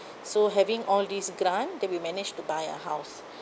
so having all these grant then we managed to buy a house